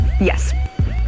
Yes